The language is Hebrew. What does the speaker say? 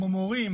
כמו מורים,